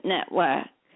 Network